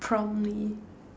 prompt me